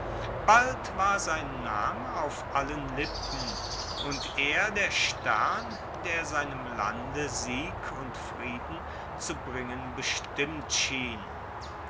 bald war sein name auf allen lippen und er der stern der seinem lande sieg und frieden zu bringen bestimmt schien